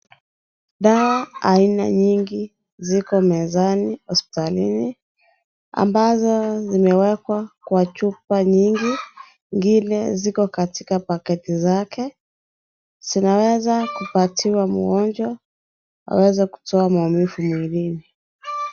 Dawa aina nyingi ziko mezani hospitalini ambazo zimewekwa kwa chupa nyingi. Ingine ziko katika packeti zake. zinaweza kupatiwa mgonjwa aweze kutoa maumivu mwilini.